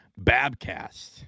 BABCAST